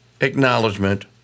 acknowledgement